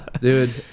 Dude